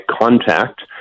contact